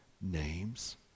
names